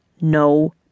No